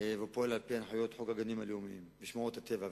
ופועל על-פי הנחיות חוק הגנים הלאומיים ושמורות הטבע.